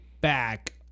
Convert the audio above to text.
back